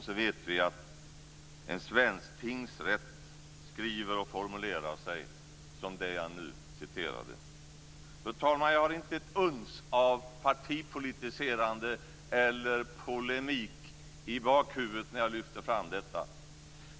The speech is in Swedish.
Så vet vi att en svensk tingsrätt skriver och formulerar sig som jag nu citerade. Fru talman! Jag har inte ett uns av partipolitiserande eller polemik i bakhuvudet när jag lyfter fram detta.